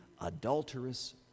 adulterous